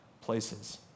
places